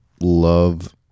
love